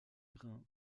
brun